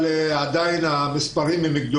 המספרים עדיין גדולים,